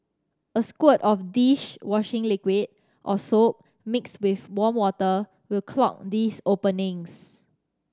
a squirt of dish washing liquid or soap mixed with warm water will clog these openings